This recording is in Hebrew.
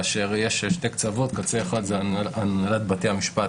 כאשר יש שני קצוות: קצה אחד זה הנהלת בתי המשפט,